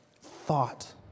thought